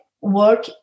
work